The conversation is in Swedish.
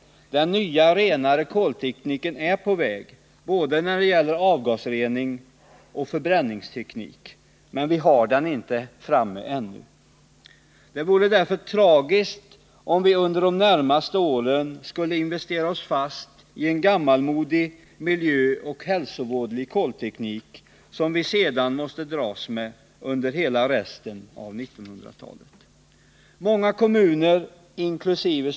Den nya renare koltekniken är på väg både när det gäller avgasrening och förbränning, men ännu finns den inte. Det vore därför tragiskt om vi under de närmaste åren skulle investera oss fast i en gammalmodig miljöoch hälsovådlig kolteknik, som vi sedan måste dras med under resten av 1980-talet. Många kommuner, inkl.